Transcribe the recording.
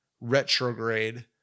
retrograde